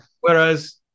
whereas